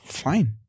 fine